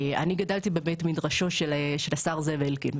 אני גדלתי בבית מדרשו של השר זאב אלקין,